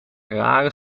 rare